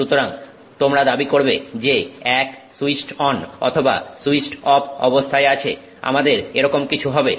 সুতরাং তোমরা দাবি করবে যে 1 সুইচড অন অথবা সুইচড অফ অবস্থায় আছে আমাদের এরকম কিছু হবে